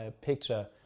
picture